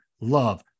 love